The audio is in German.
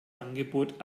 angebot